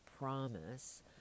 promise